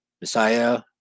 messiah